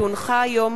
כי הונחה היום,